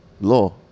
law